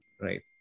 Right